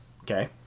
Okay